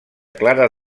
clara